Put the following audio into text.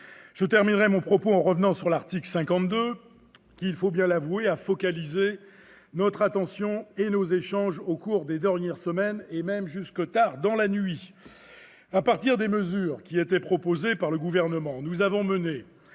Je terminerai mon propos en revenant sur l'article 52, qui, il faut bien l'avouer, a focalisé notre attention et nos échanges au cours des dernières semaines, et jusque tard dans la nuit ! À partir des mesures qui étaient proposées par le Gouvernement, nous avons mené,